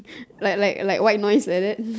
like like like white noise like that